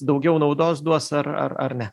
daugiau naudos duos ar ar ar ne